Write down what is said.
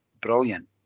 brilliant